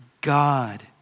God